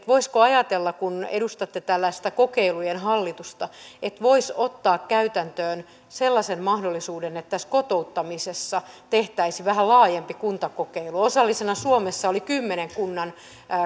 voisiko ajatella kun edustatte tällaista kokeilujen hallitusta että voisi ottaa käytäntöön sellaisen mahdollisuuden että kotouttamisessa tehtäisiin vähän laajempi kuntakokeilu osallisena suomessa hanke oli kymmenen kunnan